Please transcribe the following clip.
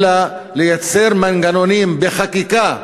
אלא ייצרו מנגנונים בחקיקה.